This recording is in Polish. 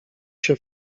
się